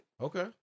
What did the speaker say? Okay